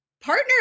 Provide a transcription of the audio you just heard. partner